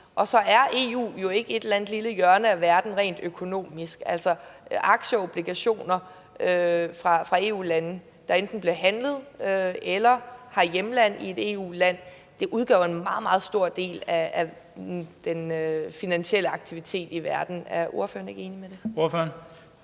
Og så er EU jo ikke et eller andet lille hjørne af verden rent økonomisk. Altså, aktier og obligationer fra EU-lande, der enten bliver handlet eller har hjemland i et EU-land, udgør en meget, meget stor del af den finansielle aktivitet i verden. Er ordføreren ikke enig i det? Kl.